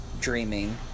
dreaming